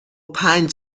پنج